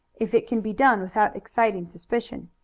if it can be done without exciting suspicion.